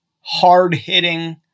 hard-hitting